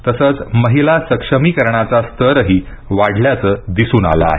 तसंच महिला सक्षमीकरणाचा स्तरही वाढल्याचं दिसून आलं आहे